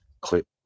clip